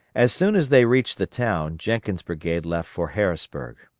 as soon as they reached the town, jenkins' brigade left for harrisburg.